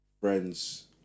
friends